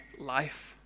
life